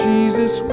Jesus